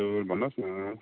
भन्नुहोस् न